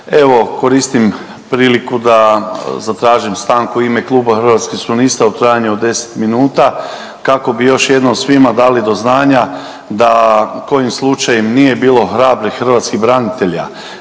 Evo koristim priliku da zatražim stanku u ime kluba Hrvatskih suverenista u trajanju od 10 minuta kako bi još jednom svima dali do znanja da kojim slučajem nije bilo hrabrih hrvatskih branitelja,